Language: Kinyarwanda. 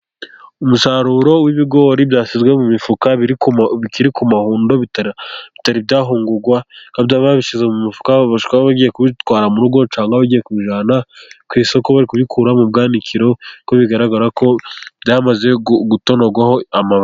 Umusaruro w'ibigori byashyizwe mu mufuka, bikiri ku mahundo bitari byahungurwa, bakaba babishyize mu mifuka umufuka bakaba bagiye kuwutwara mu rugo, cyangwa bagiye kuwujyana ku isoko. Bari kubikura mu bwanikiro kuko bigaragara ko byamaze gutonorwaho amababi.